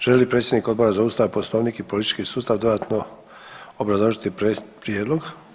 Želi li predsjednik Odbora za Ustav, Poslovnik i politički sustav dodatno obrazložiti prijedlog?